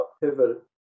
pivot